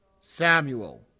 Samuel